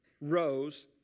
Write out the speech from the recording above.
rose